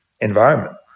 environment